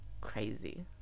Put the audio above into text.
crazy